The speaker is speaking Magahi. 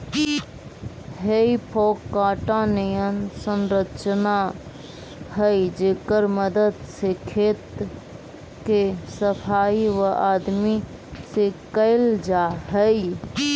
हेइ फोक काँटा निअन संरचना हई जेकर मदद से खेत के सफाई वआदमी से कैल जा हई